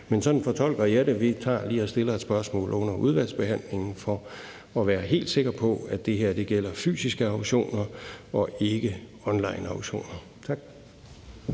men sådan fortolker jeg det. Vi tager lige og stiller et spørgsmål under udvalgsbehandlingen for at være helt sikre på, at det her gælder fysiske auktioner og ikke onlineauktioner. Tak.